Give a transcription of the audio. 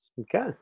okay